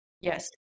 Yes